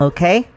Okay